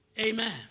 Amen